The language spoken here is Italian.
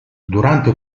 durante